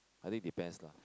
I think depends lah